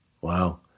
Wow